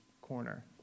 corner